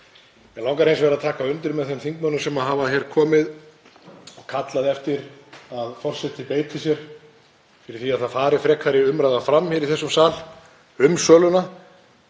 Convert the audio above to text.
Mig langar hins vegar að taka undir með þeim þingmönnum sem hafa komið og kallað eftir því að forseti beiti sér fyrir því að það fari frekari umræða fram hér í þessum sal um söluna,